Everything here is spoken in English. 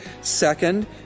Second